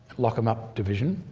lock-them-up division,